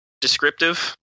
descriptive